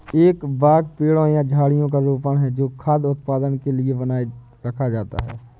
एक बाग पेड़ों या झाड़ियों का रोपण है जो खाद्य उत्पादन के लिए बनाए रखा जाता है